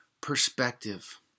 perspective